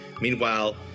Meanwhile